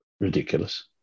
ridiculous